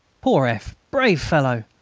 poor f! brave fellow!